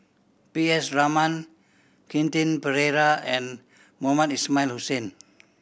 P S Raman Quentin Pereira and Mohamed Ismail Hussain